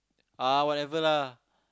ah whatever lah